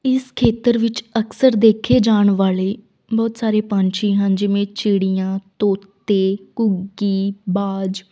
ਇਸ ਖੇਤਰ ਵਿੱਚ ਅਕਸਰ ਦੇਖੇ ਜਾਣ ਵਾਲੇ ਬਹੁਤ ਸਾਰੇ ਪੰਛੀ ਹਨ ਜਿਵੇਂ ਚਿੜੀਆਂ ਤੋਤੇ ਘੁੱਗੀ ਬਾਜ